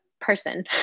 person